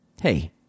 Hey